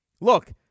Look